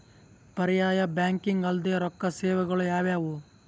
ಪರ್ಯಾಯ ಬ್ಯಾಂಕಿಂಗ್ ಅಲ್ದೇ ರೊಕ್ಕ ಸೇವೆಗಳು ಯಾವ್ಯಾವು?